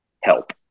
help